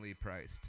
priced